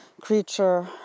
creature